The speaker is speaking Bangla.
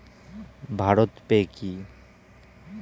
ভারত পে কি?